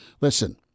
listen